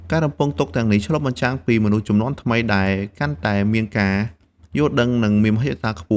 ការរំពឹងទុកទាំងនេះឆ្លុះបញ្ចាំងពីមនុស្សជំនាន់ថ្មីដែលកាន់តែមានការយល់ដឹង និងមានមហិច្ឆតាខ្ពស់។